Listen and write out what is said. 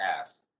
ass